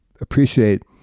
appreciate